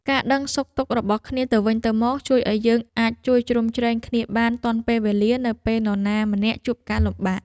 ការដឹងសុខទុក្ខរបស់គ្នាទៅវិញទៅមកជួយឱ្យយើងអាចជួយជ្រោមជ្រែងគ្នាបានទាន់ពេលវេលានៅពេលនរណាម្នាក់ជួបការលំបាក។